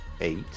eight